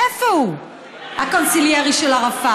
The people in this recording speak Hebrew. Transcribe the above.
איפה הוא הקונסיליירי של ערפאת?